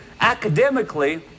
academically